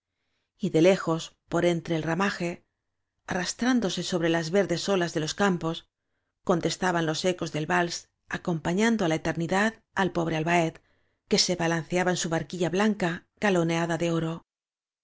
fúnebre de lejos por entre el ramaje arrastrán dose sobre las verdes olas de los campos con testaban los ecos del vals acompañando á la eternidad al pobre albaet que se balanceaba en su barquilla blanca galoneada de oro